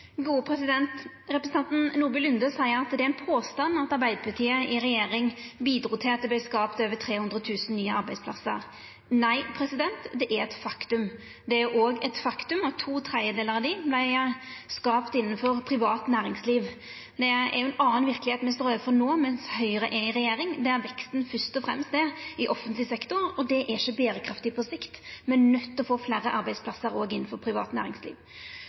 Representanten Nordby Lunde seier det er ein påstand at Arbeidarpartiet i regjering bidrog til at det vart skapt over 300 000 nye arbeidsplassar. Nei, det er eit faktum. Det er òg eit faktum at to tredelar av dei vart skapte innanfor privat næringsliv. Det er ei annan verkelegheit me står overfor no med Høgre i regjering, der veksten fyrst og fremst er i offentleg sektor – og det er ikkje berekraftig på sikt. Me er nøydde til å få fleire arbeidsplassar òg innanfor privat næringsliv.